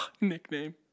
Nickname